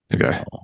okay